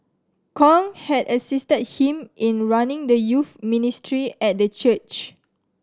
Kong had assisted him in running the youth ministry at the church